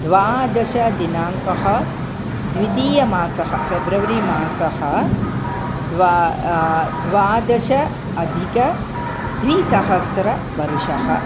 द्वादशदिनाङ्कः द्वितीयमासः फ़ेब्रव्री मासः द्वा द्वादशाधिकद्विसहस्रवर्षः